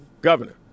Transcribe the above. governor